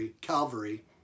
Calvary